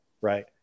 right